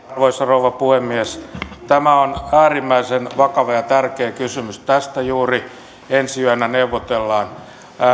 arvoisa rouva puhemies tämä on äärimmäisen vakava ja tärkeä kysymys tästä juuri ensi yönä neuvotellaan